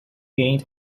gained